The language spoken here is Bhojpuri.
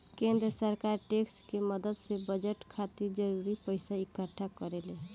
केंद्र सरकार टैक्स के मदद से बजट खातिर जरूरी पइसा इक्कठा करेले